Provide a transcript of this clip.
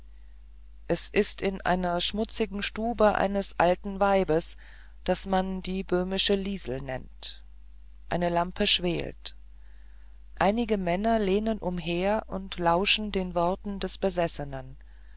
es ist ein einer schmutzigen stube eines alten weibes das man die böhmische liesel nennt eine lampe schwelt einige männer lehnen umher und lauschen den worten der besessenen